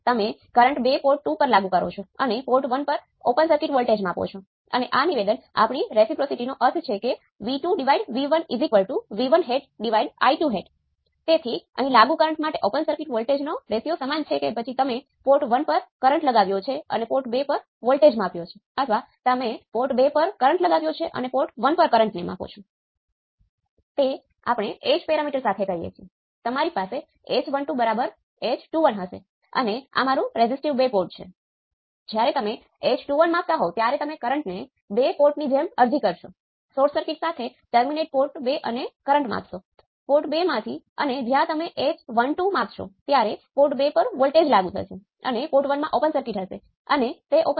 તેથી આપણે voltage control voltage સ્ત્રોતો સાથે નોડલ વિશ્લેષણ કેવી રીતે કરવું તે અંગે ચર્ચા કરી ચૂક્યા છીએ